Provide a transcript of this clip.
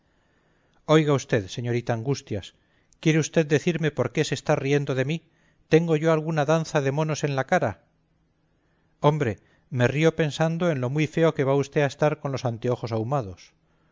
oiga usted señorita angustias quiere usted decirme por qué se está riendo de mí tengo yo alguna danza de monos en la cara hombre me río pensando en lo muy feo que va usted a estar con los anteojos ahumados